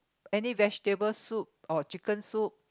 any vegetable soup or chicken soup